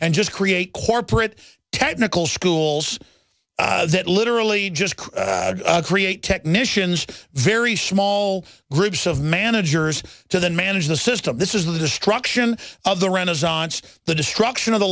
and just create corporate technical schools that literally just create technicians very small groups of managers to then manage the system this is the destruction of the renaissance the destruction of the